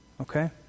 okay